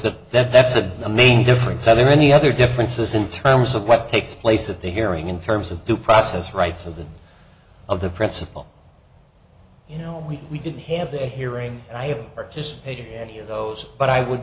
that that that's a the main difference whether any other differences in terms of what takes place at the hearing in terms of due process rights of the of the principle you know we we didn't have the hearing and i just hated those but i would